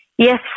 Yes